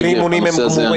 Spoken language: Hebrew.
בלי אימונים הם גמורים